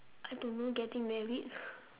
I don't know getting married